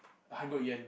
I go again